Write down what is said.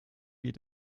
geht